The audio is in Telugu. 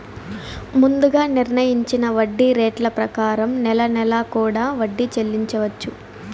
ముందుగా నిర్ణయించిన వడ్డీ రేట్ల ప్రకారం నెల నెలా కూడా వడ్డీ చెల్లించవచ్చు